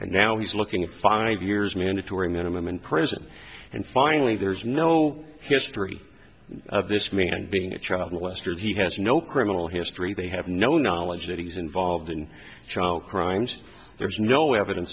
and now he's looking at five years mandatory minimum in prison and finally there's no history of this mean and being a child molester he has no criminal history they have no knowledge that he's involved in child crimes there's no evidence